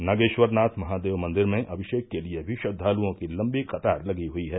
नागेश्वरनाथ महादेव मंदिर में अभिषेक के लिये भी श्रद्वालुओं की लम्बी कतार लगी हुयी है